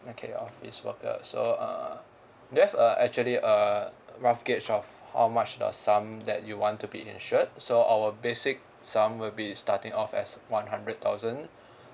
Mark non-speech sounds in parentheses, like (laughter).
okay office worker so err do you have a actually a rough gauge of how much the sum that you want to be insured so our basic sum will be starting off as one hundred thousand (breath)